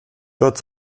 dort